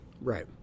Right